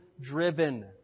driven